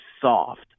soft